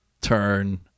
turn